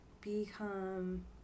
become